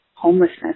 Homelessness